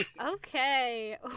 okay